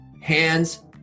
Hands